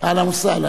אהלן וסהלן.